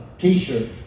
T-shirt